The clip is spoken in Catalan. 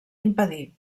impedir